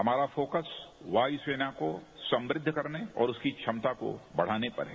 हमारा फोकस वायू सेना को समृद्ध करने और उसकी क्षमता को बढ़ाने पर है